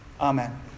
Amen